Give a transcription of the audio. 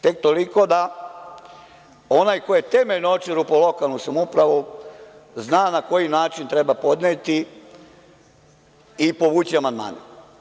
Tek toliko da onaj ko je temeljno očerupao lokalnu samoupravu, zna na koji način treba podneti i povući amandmane.